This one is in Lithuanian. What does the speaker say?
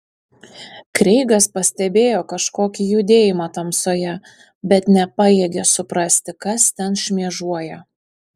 kreigas pastebėjo kažkokį judėjimą tamsoje bet nepajėgė suprasti kas ten šmėžuoja